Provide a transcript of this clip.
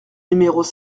numéros